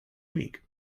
week